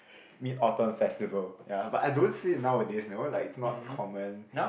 Mid-Autumn Festival ya but I don't see it nowadays you know like it's not common